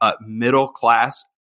middle-class